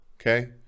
okay